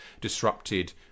disrupted